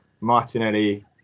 Martinelli